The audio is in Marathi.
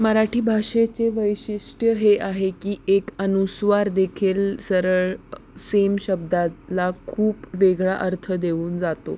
मराठी भाषेचे वैशिष्ट्य हे आहे की एक अनुस्वार देखील सरळ सेम शब्दाला खूप वेगळा अर्थ देऊन जातो